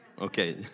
okay